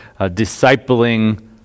discipling